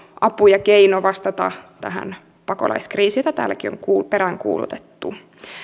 apu ja keino vastata tähän pakolaiskriisiin ja sitä täälläkin on peräänkuulutettu